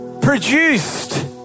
produced